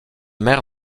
mère